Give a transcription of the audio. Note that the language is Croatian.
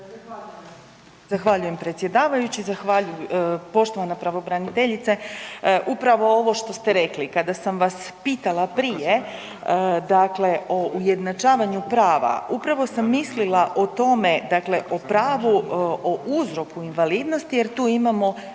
Zahvaljujem predsjedavajući. Poštovana pravobraniteljice upravo ovo što ste rekli, kada sam vas pitala prije dakle o ujednačavanju prava upravo sam mislila o tome dakle o pravu, o uzroku invalidnosti jer tu imamo